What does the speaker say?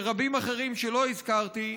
ורבים אחרים שלא הזכרתי,